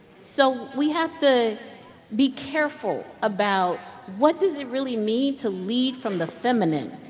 so we have to be careful about what does it really mean to lead from the feminine?